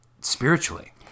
spiritually